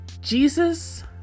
Jesus